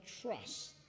trust